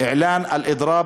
(אומר דברים